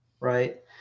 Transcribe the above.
right